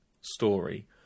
story